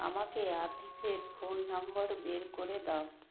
আমাকে আতিফের phone number বের করে দাও